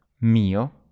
Mio